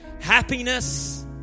happiness